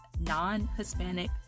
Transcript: non-Hispanic